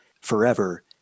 forever